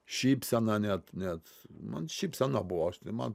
šypsena net net man šypsena buvo aš te man